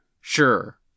Sure